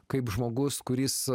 kaip žmogus kuris